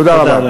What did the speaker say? תודה רבה.